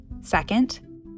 Second